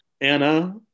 Anna